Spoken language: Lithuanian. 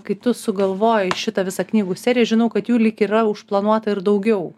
kai tu sugalvojai šitą visą knygų seriją žinau kad jų lyg yra užplanuota ir daugiau